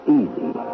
easy